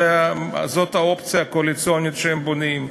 זאת האופציה הקואליציונית שהם בונים.